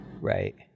Right